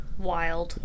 wild